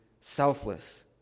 selfless